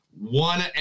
one